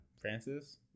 Francis